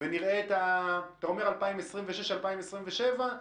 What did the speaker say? אתה אומר 2026 2027,